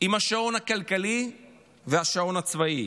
עם השעון הכלכלי והשעון הצבאי,